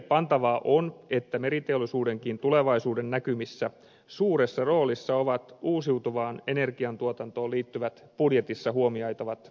merkillepantavaa on että meriteollisuudenkin tulevaisuuden näkymissä suuressa roolissa ovat uusiutuvaan energiantuotantoon liittyvät budjetissa huomioitavat innovaatiot